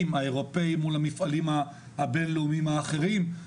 האירופאיים מול המפעלים הבין-לאומיים האחרים,